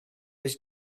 has